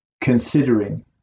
considering